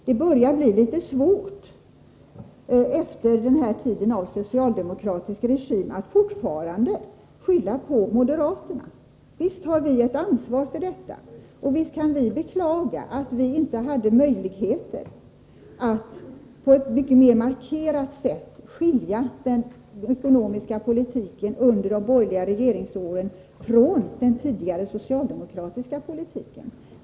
Det börjar bli litet svårt att efter den här tiden av socialdemokratisk regim fortfarande skylla på moderaterna. Visst har vi ett ansvar för utvecklingen, och visst kan vi beklaga att vi under de borgerliga regeringsåren inte hade möjligheter att på ett mycket mer markerat sätt skilja den ekonomiska politiken från den tidigare socialdemokratiska politiken.